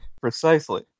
Precisely